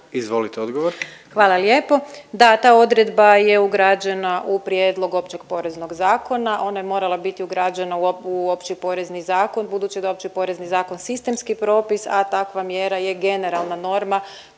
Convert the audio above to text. Lugarić, Tereza** Hvala lijepo. Da, ta odredba je ugrađena u prijedlog Općeg poreznog zakona, ona je morala biti ugrađena u Opći porezni zakon budući da je Opći porezni zakon sistemski propis, a takva mjera je generalna norma